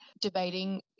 debating